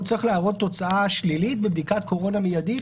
הוא צריך להראות תוצאה שלילית בבדיקת קורונה מיידית